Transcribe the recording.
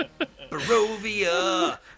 Barovia